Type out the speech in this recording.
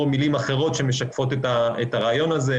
מילים אחרות שמשקפות את הרעיון הזה.